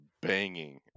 banging